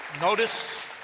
Notice